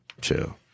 Chill